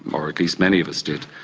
or at least many of us did,